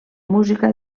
música